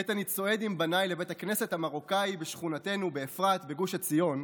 עת אני צועד עם בניי לבית הכנסת המרוקאי בשכונתנו באפרת בגוש עציון,